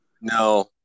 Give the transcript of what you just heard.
No